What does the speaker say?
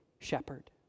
shepherd